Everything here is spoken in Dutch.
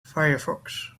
firefox